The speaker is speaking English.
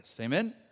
amen